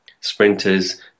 Sprinters